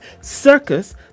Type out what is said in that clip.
circus